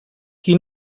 qui